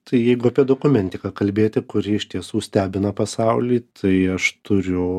tai jeigu apie dokumentiką kalbėti kuri iš tiesų stebina pasaulį tai aš turiu